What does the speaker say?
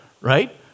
right